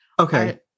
Okay